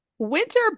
Winter